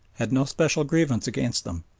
had no special grievance against them,